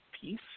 peace